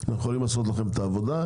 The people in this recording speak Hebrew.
אנחנו יכולים לעשות לכם את העבודה,